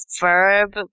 verb